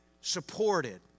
supported